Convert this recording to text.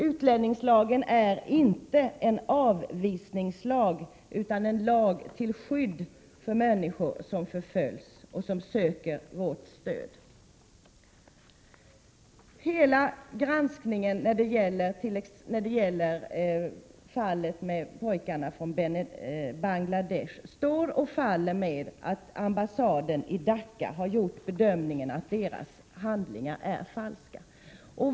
Utlänningslagen är inte en avvisningslag utan en lag till skydd för människor som förföljs och som söker vårt stöd. Hela granskningen när det gäller fallet med pojkarna från Bangladesh står och faller med att ambassaden i Dacca har gjort bedömningen att pojkarnas handlingar är falska.